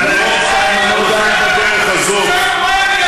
כולנו רוצים לראות את אזרחי ישראל הערבים,